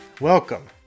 Welcome